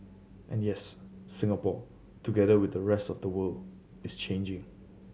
and yes Singapore together with the rest of the world is changing